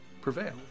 prevail